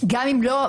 גם אם לא הגיעו,